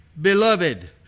Beloved